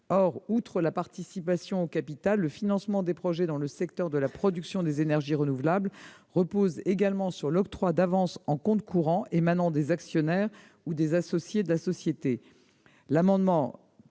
Or, outre la participation au capital, le financement des projets dans le secteur de la production des énergies renouvelables repose également sur l'octroi d'avances en compte courant émanant des actionnaires ou des associés de la société.